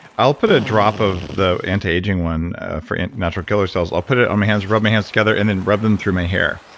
i'll put a drop of the anti-aging one for natural killer cells. i'll put it on my hands, rub my hands together and then rub them through my hair.